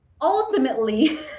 ultimately